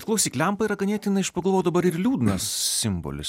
klausyk lempa yra ganėtinai aš pagalvojau dabar ir liūdnas simbolis